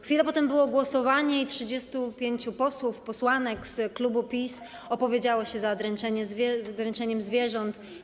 Chwilę potem było głosowanie i 35 posłów i posłanek z klubu PiS opowiedziało się za dręczeniem zwierząt.